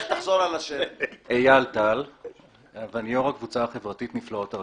החדש מתל אביב לירושלים עלול להוות פגיעה בקווי